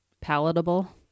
palatable